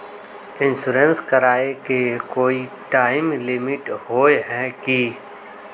Insurance कराए के कोई टाइम लिमिट होय है की?